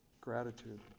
Gratitude